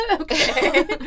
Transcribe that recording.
Okay